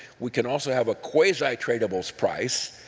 we can also have a quasi quasi-trayables price,